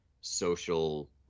social